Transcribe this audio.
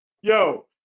Yo